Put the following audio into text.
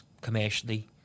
commercially